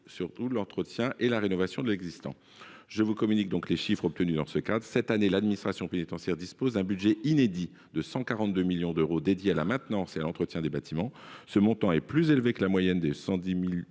négliger l'entretien et la rénovation de l'existant. Je vous communique donc les chiffres que j'ai obtenus : l'administration pénitentiaire disposera l'an prochain d'un budget inédit de 142 millions d'euros dédiés à la maintenance et à l'entretien des bâtiments. Ce montant est plus élevé que la moyenne de 110 millions d'euros